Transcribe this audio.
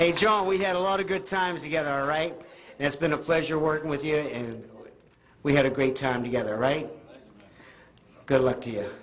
hey john we had a lot of good times together right and it's been a pleasure working with years and we had a great time together right good luck to you